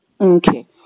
Okay